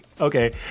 Okay